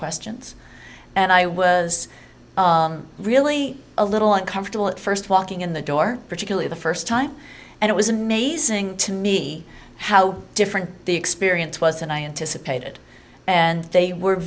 questions and i was really a little uncomfortable at st walking in the door particularly the st time and it was amazing to me how different the experience was and i anticipated and they were